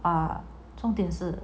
啊重点是